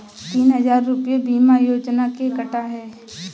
तीन हजार रूपए बीमा योजना के कटा है